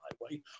highway